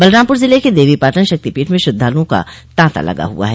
बलरामपुर ज़िले के देवीपाटन शक्तिपीठ में श्रद्धालुओं का तांता लगा हुआ है